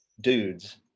dudes